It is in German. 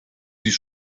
sich